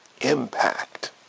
impact